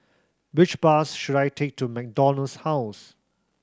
which bus should I take to MacDonald's House